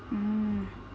mm